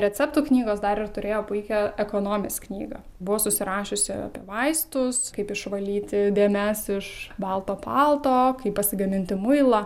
receptų knygos dar ir turėjo puikią ekonomės knygą buvo susirašiusi apie vaistus kaip išvalyti dėmes iš balto palto kaip pasigaminti muilą